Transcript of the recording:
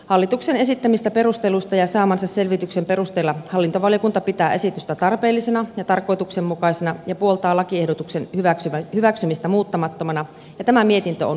hallituksen esittämistä perusteluista ja saamansa selvityksen perusteella hallintovaliokunta pitää esitystä tarpeellisena ja tarkoituksenmukaisena ja puoltaa lakiehdotuksen hyväksymistä muuttamattomana ja tämä mietintö on yksimielinen